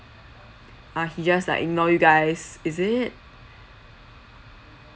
ah he just like ignore you guys is it